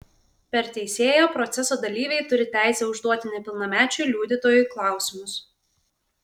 per teisėją proceso dalyviai turi teisę užduoti nepilnamečiui liudytojui klausimus